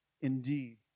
indeed